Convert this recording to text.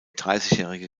dreißigjährige